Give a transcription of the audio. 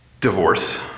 Divorce